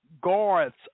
guards